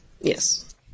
Yes